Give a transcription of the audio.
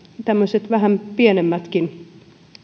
tämmöiset vähän pienemmätkin